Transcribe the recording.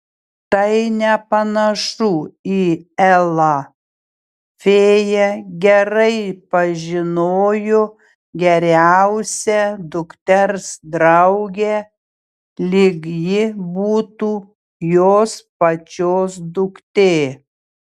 tai nepanašu į elą fėja gerai pažinojo geriausią dukters draugę lyg ji būtų jos pačios duktė